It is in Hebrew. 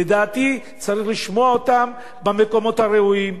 לדעתי צריך לשמוע אותם במקומות הראויים.